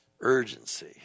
urgency